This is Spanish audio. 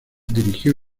dirigió